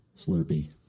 slurpee